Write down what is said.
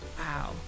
Wow